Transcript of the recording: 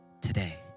today